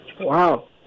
Wow